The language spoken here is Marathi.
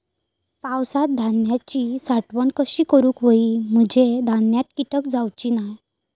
पावसात धान्यांची साठवण कशी करूक होई म्हंजे धान्यात कीटक जाउचे नाय?